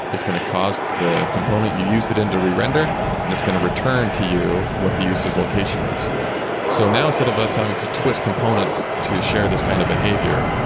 it's going to cause the component you used it in to re-render and it's going to return to you what the user s location is so now instead of us having to twist components to share this kind of behavior,